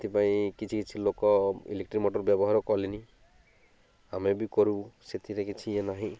ସେଥିପାଇଁ କିଛି କିଛି ଲୋକ ଇଲେକ୍ଟ୍ରିକ୍ ମଟର୍ ବ୍ୟବହାର କଲେଣି ଆମେ ବି କରୁ ସେଥିରେ କିଛି ଇଏ ନାହିଁ